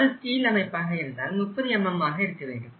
அது ஸ்டீல் அமைப்பாக இருந்தால் 30mm ஆக இருக்க வேண்டும்